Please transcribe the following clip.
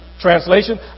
Translation